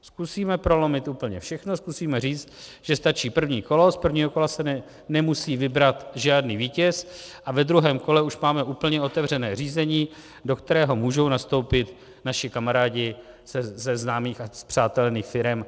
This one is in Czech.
Zkusíme prolomit úplně všechno, zkusíme říct, že stačí první kolo, z prvního kola se nemusí vybrat žádný vítěz, a ve druhém kole už máme úplně otevřené řízení, do kterého můžou nastoupit naši kamarádi ze známých a spřátelených firem.